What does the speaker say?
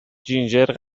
جینجر